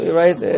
right